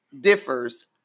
differs